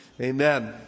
Amen